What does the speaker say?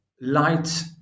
light